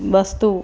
वस्तुम्